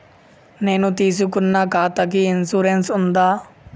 నేను తీసుకున్న ఖాతాకి ఇన్సూరెన్స్ ఉందా?